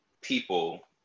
people